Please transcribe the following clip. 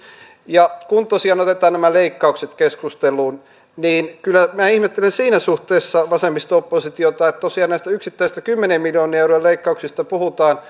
kun tosiaan otetaan nämä leikkaukset keskusteluun niin kyllä minä ihmettelen siinä suhteessa vasemmisto oppositiota että tosiaan näistä yksittäisistä kymmenien miljoonien eurojen leikkauksista puhutaan